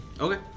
Okay